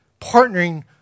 partnering